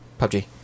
PUBG